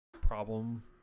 problem